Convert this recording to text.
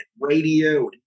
radio